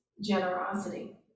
generosity